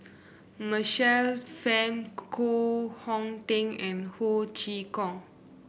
Michael Fam Koh Hong Teng and Ho Chee Kong